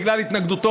בגלל התנגדותו,